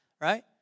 right